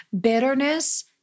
bitterness